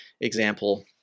example